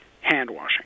hand-washing